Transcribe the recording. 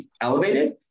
elevated